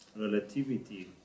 relativity